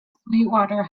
sweetwater